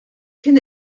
kien